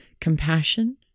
compassion